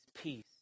peace